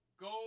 Go